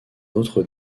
autre